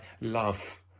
love